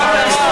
שמענו.